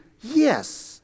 yes